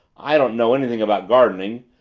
i don't know anything about gardening.